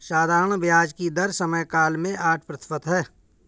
साधारण ब्याज की दर समयकाल में आठ प्रतिशत है